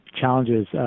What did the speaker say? challenges